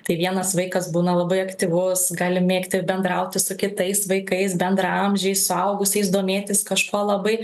tai vienas vaikas būna labai aktyvus gali mėgti bendrauti su kitais vaikais bendraamžiais suaugusiais domėtis kažkuo labai